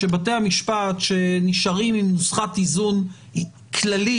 שבבתי המשפט שנשארים עם נוסחת איזון כללית,